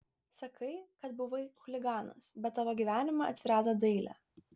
sakai kad buvai chuliganas bet tavo gyvenime atsirado dailė